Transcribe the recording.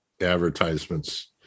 advertisements